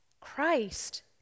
Christ